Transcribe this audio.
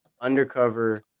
undercover